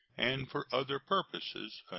and for other purposes,